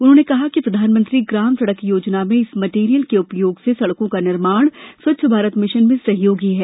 उन्होंने कहा कि प्रधानमंत्री ग्राम सड़क योजना में इस मटेरियल के उपयोग से सड़को का निर्माण स्वच्छ भारत मिशन में सहयोगी है